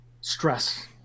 stress